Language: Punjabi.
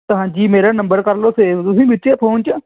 ਹਾਂਜੀ ਮੇਰਾ ਨੰਬਰ ਕਰ ਲਓ ਸੇਵ ਤੁਸੀਂ ਵਿੱਚੇ ਫੋਨ 'ਚ